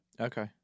Okay